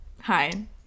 hi